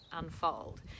unfold